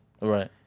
Right